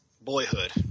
Boyhood